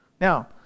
Now